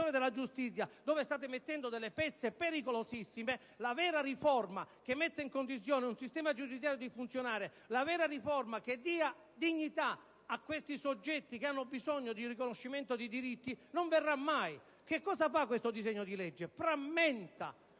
la vera riforma che mette in condizione un sistema giudiziario di funzionare, la vera riforma che dia dignità a questi soggetti che hanno bisogno di riconoscimento dei diritti, non verrà mai. Cosa fa questo disegno di legge? Frammenta